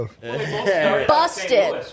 Busted